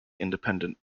independent